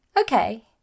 okay